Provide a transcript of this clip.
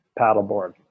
paddleboard